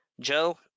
joe